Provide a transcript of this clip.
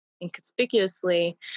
inconspicuously